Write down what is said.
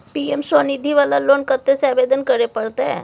PM Svanidhi वाला loan कत्ते से आवेदन करे परतै?